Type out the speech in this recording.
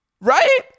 Right